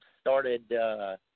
started –